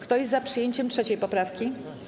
Kto jest za przyjęciem 3. poprawki?